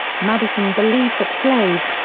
madison believed that slaves,